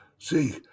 See